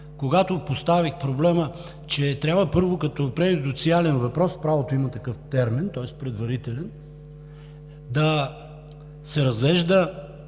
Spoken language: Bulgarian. когато поставих проблема, че трябва, първо, като преюдициален, в правото има такъв термин – тоест предварителен, да се разглежда